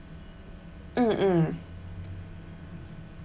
mm mm